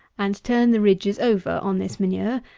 and turn the ridges over on this manure,